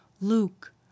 Luke